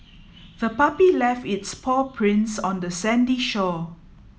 the puppy left its paw prints on the sandy shore